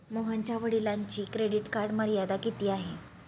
मोहनच्या वडिलांची credit card मर्यादा किती आहे?